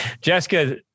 Jessica